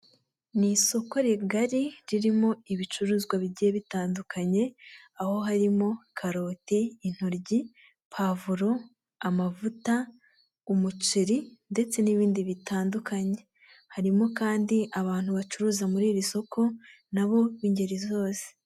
Ni isoko rigari ririmo ibicuruzwa bigiye bitandukanye, aho harimo karoti, intoryi pavuro, amavuta, umuceri ndetse n'ibindi bitandukanye. Harimo kandi abantu bacuruza muri iri soko nabo b'ingeri zose.